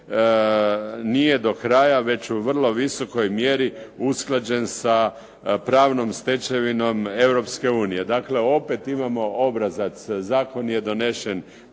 nije do kraja već u vrlo visokoj mjeri usklađen sa pravnom stečevinom Europske unije. Dakle, opet imamo obrazac. Zakon je donesen